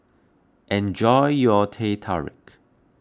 enjoy your Teh Tarik